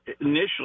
initially